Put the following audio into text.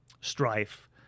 strife